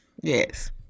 Yes